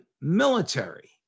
military